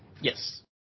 Yes